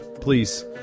please